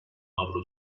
avro